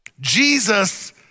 Jesus